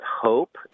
hope